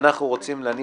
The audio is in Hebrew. יכול להיות